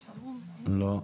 לא.